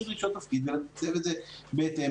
דרישות תפקיד ולתקצב את זה בהתאם.